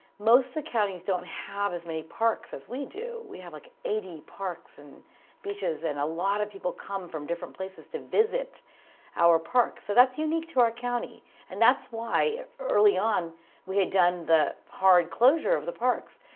most of the counties don't have as many parks as we do. we have like eighty parks and beaches and a lot of people come from different places to visit our parks. so that's unique to our county and that's why early on we had done the hard closure of the parks.